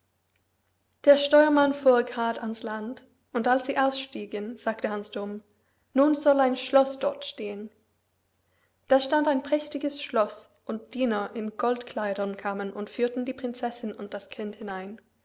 der steuermann fuhr grad ans land und als sie ausstiegen sagte hans dumm nun soll ein schloß dort stehen da stand ein prächtiges schloß und diener in goldkleidern kamen und führten die prinzessin und das kind hinein